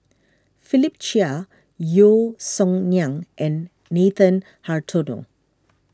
Philip Chia Yeo Song Nian and Nathan Hartono